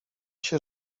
się